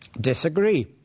disagree